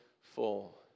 full